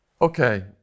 Okay